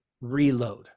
reload